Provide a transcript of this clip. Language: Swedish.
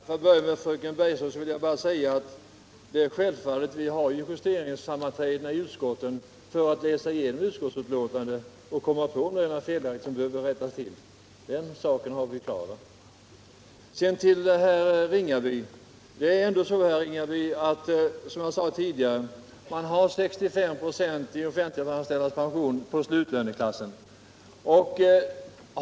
Herr talman! För att börja med fröken Bergström vill jag säga att det är självklart att vi har justeringssammanträden i utskotten för att läsa igenom utskottsbetänkanden och komma på felaktigheter som behöver rättas till. Den saken är väl klar. Som jag sade tidigare, herr Ringaby, har man i de offentliganställdas pension 65 96 av slutlöneklassen.